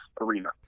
arena